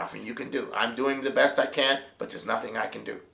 nothing you can do i'm doing the best i can but there's nothing i can do